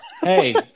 Hey